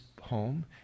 home